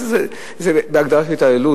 זו הגדרה של התעללות.